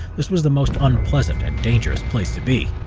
this was the most unpleasant and dangerous place to be,